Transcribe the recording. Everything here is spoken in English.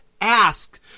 ask